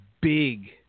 big